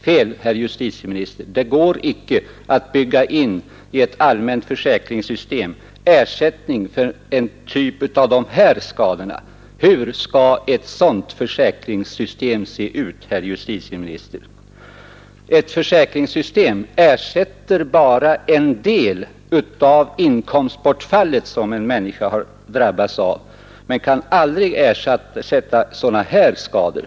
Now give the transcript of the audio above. Fel, herr justitieminister, det går icke att i ett allmänt försäkringssystem bygga in ersättning för den här typen av skador. Hur skall ett sådant försäkringssystem se ut, herr justitieminister? Ett försäkringssystem ersätter bara en del av det inkomstbort fall som en människa har drabbats av men kan aldrig ersätta sådana här skador.